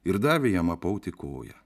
ir davė jam apauti koją